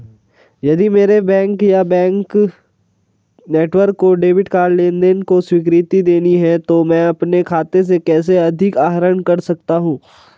यदि मेरे बैंक या बैंक नेटवर्क को डेबिट कार्ड लेनदेन को स्वीकृति देनी है तो मैं अपने खाते से कैसे अधिक आहरण कर सकता हूँ?